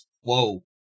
Whoa